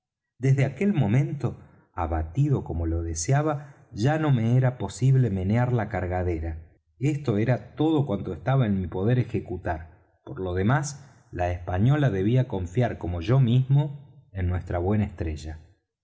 desde aquel momento abatido como lo deseaba ya no me era posible menear la cargadera esto era todo cuanto estaba en mi poder ejecutar por lo demás la española debía confiar como yo mismo en nuestra buena estrella